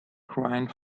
crying